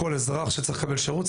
כל אזרח שצריך לקבל שירות,